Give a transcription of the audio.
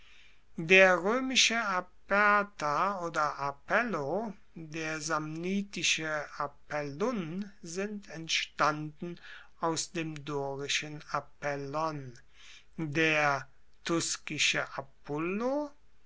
der roemische aperta oder apello der samnitische appellun sind entstanden aus dem dorischen apellon der tuskische apulu